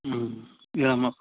ಹ್ಞೂ ಹೇಳಮ್ಮ